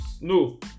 No